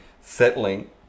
settling